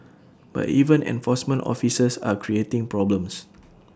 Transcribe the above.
but even enforcement officers are creating problems